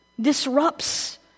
disrupts